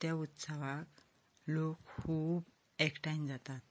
त्या उत्सवांत लोक खूब एकठांय जातात